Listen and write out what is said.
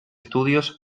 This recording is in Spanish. estudios